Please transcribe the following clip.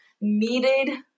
needed